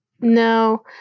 No